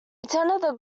attended